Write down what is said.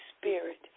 spirit